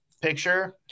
picture